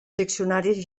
diccionaris